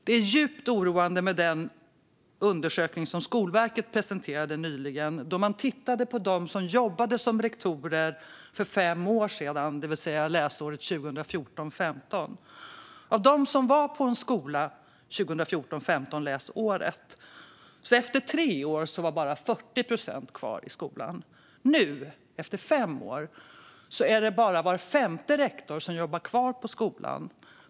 Det är djupt oroande med den undersökning som Skolverket nyligen presenterade, där man tittade på dem som jobbade som rektorer för fem år sedan, det vill säga läsåret 2014/15. Efter tre år var bara 40 procent kvar i skolan. Nu efter fem år är det bara var femte rektor som jobbar kvar på skolan.